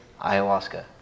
Ayahuasca